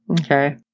Okay